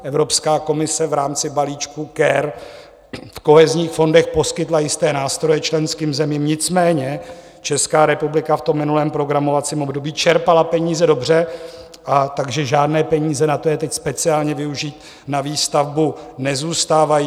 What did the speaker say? Evropská komise v rámci balíčku Care v kohezních fondech poskytla jisté nástroje členským zemím, nicméně Česká republika v tom minulém programovacím období čerpala peníze dobře, takže žádné peníze na to je teď speciálně využít na výstavbu nezůstávají.